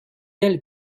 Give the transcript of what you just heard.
elle